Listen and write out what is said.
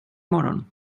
morgon